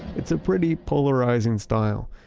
it's a pretty polarizing style.